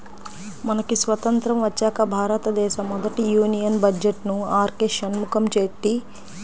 మనకి స్వతంత్రం వచ్చాక భారతదేశ మొదటి యూనియన్ బడ్జెట్ను ఆర్కె షణ్ముఖం చెట్టి సమర్పించారు